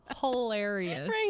hilarious